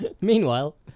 Meanwhile